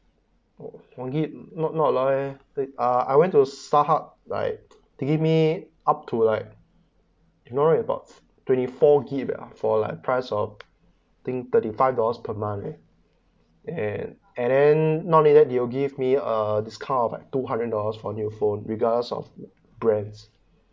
orh one gig not not allowed eh uh I went to starhub like they give me up to like you know right about twenty four gig uh for like price of think thirty five dollars per month uh and then not only that they'll give me a discount two hundred dollars for new phone regardless of the brands